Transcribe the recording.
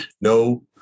No